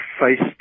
faced